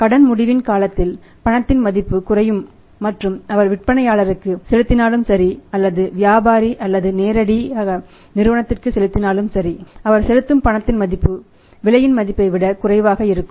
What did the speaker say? கடன் முடிவின் காலத்தில் பணத்தின் மதிப்பு குறையும் மற்றும் அவர் விற்பனையாளருக்கு செலுத்தினாலும் சரி அல்லது வியாபாரி அல்லது நேரடியாக நிறுவனத்திற்கு செலுத்தினாலும் சரி அவர் செலுத்தும் பணத்தின் மதிப்பு விலையின் மதிப்பை விட குறைவாக இருக்கும்